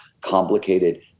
complicated